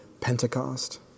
Pentecost